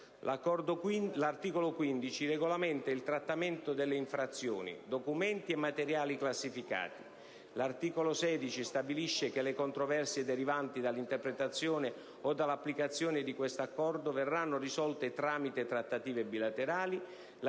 L'articolo 15 regolamenta il trattamento delle informazioni, documenti e materiali classificati. L'articolo 16 stabilisce che le controversie, derivanti dall'interpretazione o dall'applicazione di questo Accordo, verranno risolte tramite trattative bilaterali.